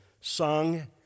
sung